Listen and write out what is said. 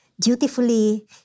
Dutifully